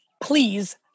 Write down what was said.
Please